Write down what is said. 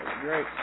Great